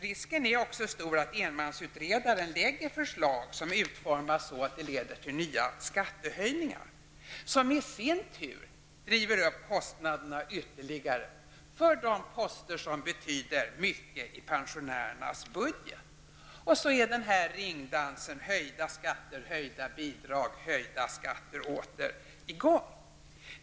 Risken är också stor att förslag läggs fram som leder till ytterligare skattehöjningar, som i sin tur driver upp kostnaderna ytterligare för de poster som betyder mycket i pensionärernas budget. Och så är ringdansen höjda skatter--höjda bidrag--höjda skatter återigen i gång.